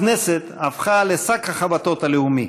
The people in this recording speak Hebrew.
הכנסת הפכה לשק החבטות הלאומי,